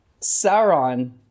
Sauron